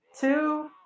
Two